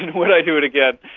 and would i do it again?